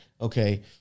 Okay